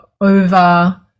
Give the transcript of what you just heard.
over